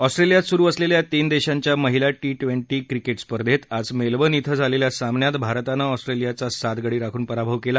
ऑस्ट्रेलियात सुरू असलेल्या तीन देशांच्या महिला ट्वेन्टी टवेन्टी क्रिकेट स्पर्धेत आज मेलबर्न इथं झालेल्या सामन्यात भारतानं ऑस्ट्रेलियाचा सात गडी राखून पराभव केला